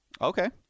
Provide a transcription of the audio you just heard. Okay